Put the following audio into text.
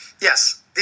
Yes